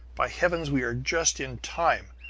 by heavens, we are just in time!